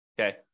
okay